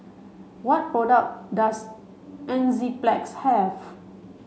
what product does Enzyplex have